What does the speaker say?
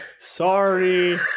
sorry